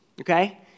Okay